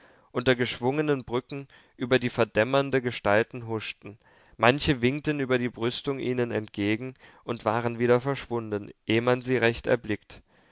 unter geschwungenen brücken über die verdämmernde gestalten huschten manche winkten über die brüstung ihnen entgegen und waren wieder verschwunden eh man sie recht erblickt